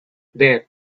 there